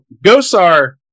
Gosar